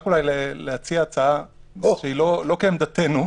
רק אולי להציע הצעה שהיא לא כעמדתו.